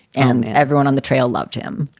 and everyone on the trail loved him.